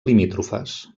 limítrofes